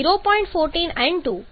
14 N2 0